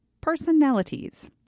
Personalities